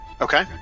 Okay